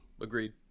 agreed